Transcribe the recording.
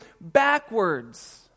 backwards